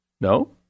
No